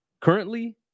Currently